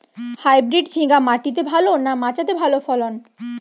Hybrid ঝিঙ্গা মাটিতে ভালো না মাচাতে ভালো ফলন?